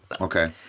Okay